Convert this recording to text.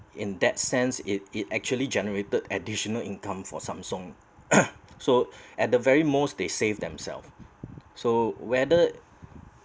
in that sense it it actually generated additional income for Samsung so at the very most they save themselves so whether